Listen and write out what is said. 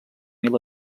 mil